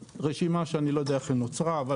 רשימה שאני לא יודע איך היא נוצרה אבל